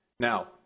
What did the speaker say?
Now